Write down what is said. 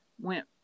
went